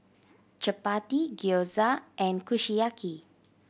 Chapati Gyoza and Kushiyaki